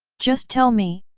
just tell me,